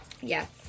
yes